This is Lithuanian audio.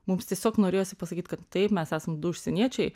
mums tiesiog norėjosi pasakyt kad taip mes esam du užsieniečiai